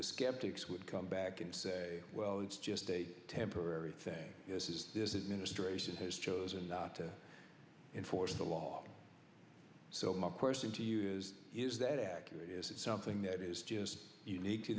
the skeptics would come back and say well it's just a temporary thing this administration has chosen not to enforce the law so my question to you is is that accurate is it something that is just unique to